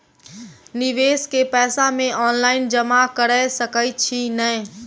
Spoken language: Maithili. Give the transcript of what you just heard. निवेश केँ पैसा मे ऑनलाइन जमा कैर सकै छी नै?